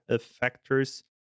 factors